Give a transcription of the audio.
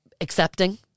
accepting